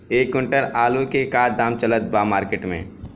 एक क्विंटल आलू के का दाम चलत बा मार्केट मे?